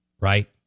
Right